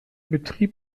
betrieb